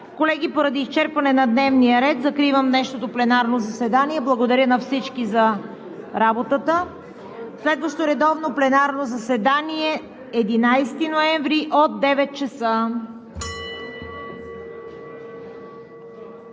Колеги, поради изчерпване на дневния ред закривам днешното пленарно заседание. Благодаря на всички за работата. Следващо редовно пленарно заседание на 11 ноември от 9,00 ч.